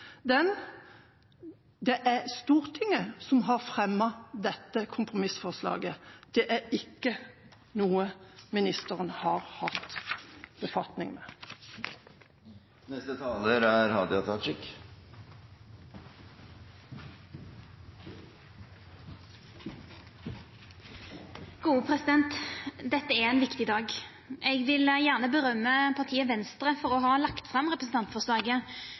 den tilbake. Det er Stortinget som har fremmet dette kompromissforslaget – det er ikke noe ministeren har hatt befatning med. Dette er ein viktig dag. Eg vil gjerne rosa partiet Venstre for å ha lagt fram representantforslaget